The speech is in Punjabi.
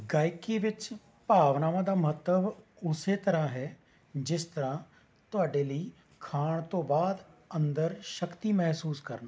ਗਾਇਕੀ ਵਿੱਚ ਭਾਵਨਾਵਾਂ ਦਾ ਮਹੱਤਵ ਉਸ ਤਰ੍ਹਾਂ ਹੈ ਜਿਸ ਤਰ੍ਹਾਂ ਤੁਹਾਡੇ ਲਈ ਖਾਣ ਤੋਂ ਬਾਅਦ ਅੰਦਰ ਸ਼ਕਤੀ ਮਹਿਸੂਸ ਕਰਨਾ